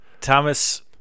Thomas